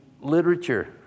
literature